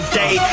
day